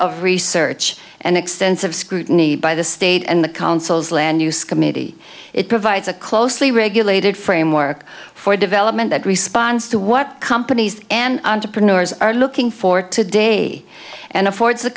of research and extensive scrutiny by the state and the council's land use committee it provides a closely regulated framework for development that responds to what companies and entrepreneurs are looking for today and affords t